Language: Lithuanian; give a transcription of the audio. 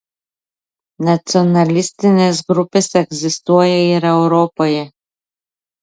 nacionalistines grupes egzistuoja ir europoje